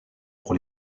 pour